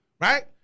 right